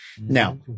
Now